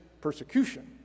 persecution